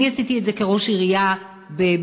אני עשיתי את זה כראש עירייה בבתי-הספר,